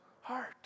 heart